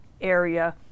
area